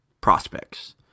prospects